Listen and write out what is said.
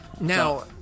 Now